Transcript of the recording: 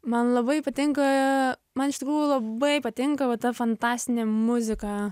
man labai patinka man iš tikrųjų labai patinka va ta fantastinė muzika